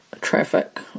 traffic